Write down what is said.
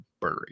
buried